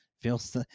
feels